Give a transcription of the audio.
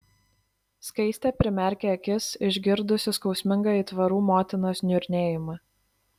skaistė primerkė akis išgirdusi skausmingą aitvarų motinos niurnėjimą